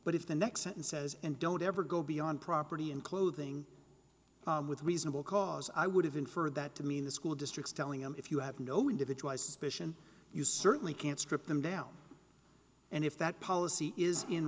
but if the next sentence says and don't ever go beyond property and clothing with reasonable cause i would have inferred that to mean the school districts telling them if you have no individualized suspicion you certainly can't strip them down and if that policy is in